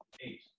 eight